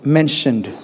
mentioned